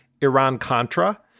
Iran-Contra